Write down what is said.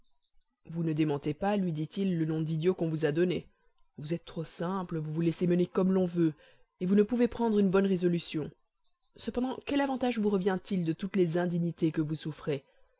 vous ne démentez pas lui dit-il le nom d'idiot qu'on vous a donné vous êtes trop simple vous vous laissez mener comme l'on veut et vous ne pouvez prendre une bonne résolution cependant quel avantage vous revient-il de toutes les indignités que vous souffrez